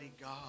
God